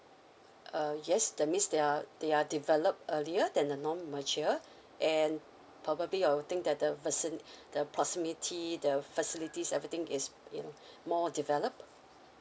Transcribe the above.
uh yes that means they are they are developed earlier than the non mature and probably I will think that the vicinity the proximity the facilities everything is in more developed